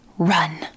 Run